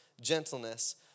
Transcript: gentleness